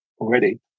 already